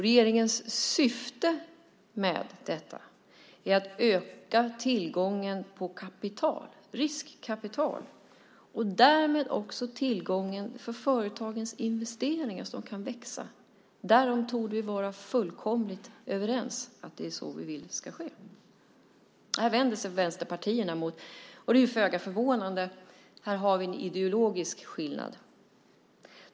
Regeringens syfte med detta är att öka tillgången på kapital, riskkapital, och därmed också tillgången på kapital för företagens investeringar som kan växa. Vi torde vara fullkomligt överens om att det är det som vi vill ska ske. Detta vänder sig vänsterpartierna mot, och det är föga förvånande. Här har vi en ideologisk skillnad.